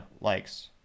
likes